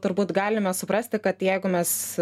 turbūt galime suprasti kad jeigu mes